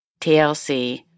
TLC